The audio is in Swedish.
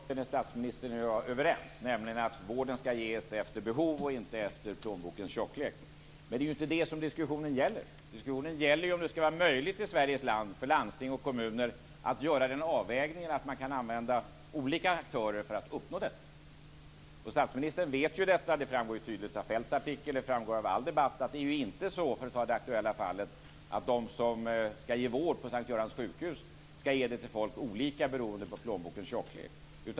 Fru talman! Statsministern och jag är överens om att vården ska ges efter behov och inte efter plånbokens tjocklek. Men det är inte det som diskussionen gäller. Diskussionen gäller ju om det ska vara möjligt i Sveriges land för landsting och kommuner att göra den avvägningen att man kan använda olika aktörer för att uppnå detta. Statsministern vet detta. Det framgår tydligt av Feldts artikel och det framgår av all debatt att det inte är så, för att ta det aktuella fallet, att de som ska ge vård på S:t Görans sjukhus ska ge det till folk olika beroende på plånbokens tjocklek.